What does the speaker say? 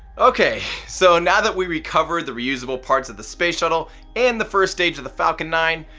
okay, so now that we recovered the reusable parts of the space shuttle and the first stage of the falcon nine,